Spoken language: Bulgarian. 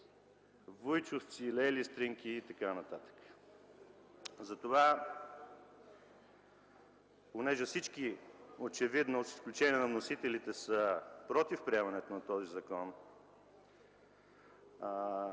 вуйчовци, лели, стринки и така нататък. Затова, понеже очевидно всички, с изключение на вносителите, са против приемането на този закон,